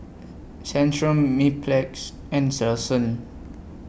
Centrum Mepilex and Selsun